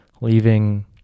leaving